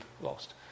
lost